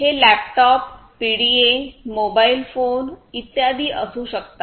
हे laptop PDA mobile phone इत्यादी असू शकतात